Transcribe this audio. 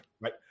right